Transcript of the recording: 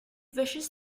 wishes